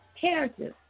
character